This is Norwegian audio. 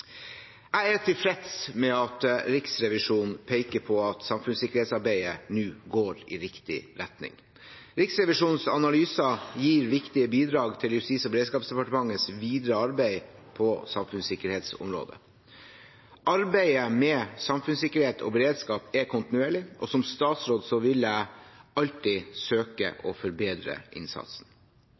Jeg er tilfreds med at Riksrevisjonen peker på at samfunnssikkerhetsarbeidet nå går i riktig retning. Riksrevisjonens analyser gir viktige bidrag til Justis- og beredskapsdepartementets videre arbeid på samfunnssikkerhetsområdet. Arbeidet med samfunnssikkerhet og beredskap er kontinuerlig, og som statsråd vil jeg alltid søke å forbedre innsatsen.